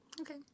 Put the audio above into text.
Okay